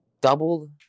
doubled